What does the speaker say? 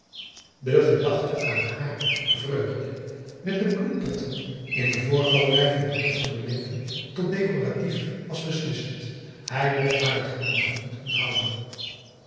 de gedachte aan hààr vreugde met de bloempotten in de voorgalerij van dokter van der linden tot decoratief was beslissend hij mocht haar het genoegen niet onthouden